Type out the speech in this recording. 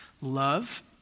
love